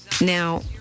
Now